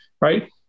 right